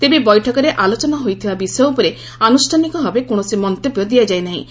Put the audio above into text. ତେବେ ବୈଠକରେ ଆଲୋଚନା ହୋଇଥିବା ବିଷୟ ଉପରେ ଆନୁଷ୍ଠାନିକ ଭାବେ କୌଣସି ମନ୍ତବ୍ୟ ଦିଆଯାଇ ନାହିଁ